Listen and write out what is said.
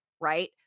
right